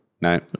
No